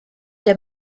der